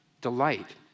delight